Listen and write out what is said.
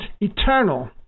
eternal